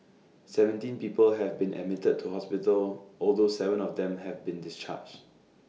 seventeen people have been admitted to hospital although Seven of them have been discharged